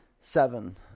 seven